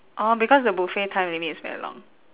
orh because the buffet time limit is very long